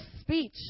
speech